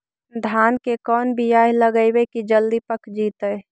धान के कोन बियाह लगइबै की जल्दी पक जितै?